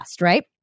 Right